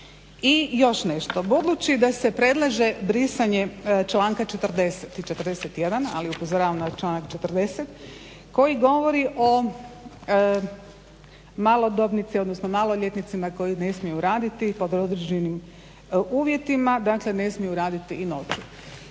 I još nešto. Budući da se predlaže brisanje članka 40 i 41. ali upozoravam na članak 40. koji govori o malodobnicima, odnosno o maloljetnicima koji ne smiju raditi pod određenim uvjetima, dakle ne smiju raditi i noću.